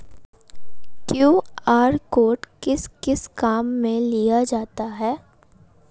QR code किस किस काम में लिया जाता है?